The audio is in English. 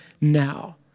now